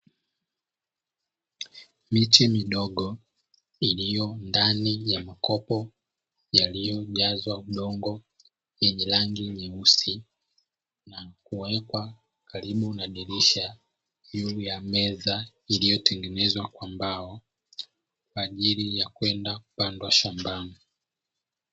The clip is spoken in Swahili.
Miche midogo iliyo ndani ya makopo yaliyojazwa udongo yenye rangi nyeusi na kuwekwa karibu na dirisha juu ya meza iliyo tengenezwa kwa mbao kwaajili ya kwenda kupandwa shambani.